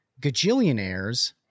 gajillionaires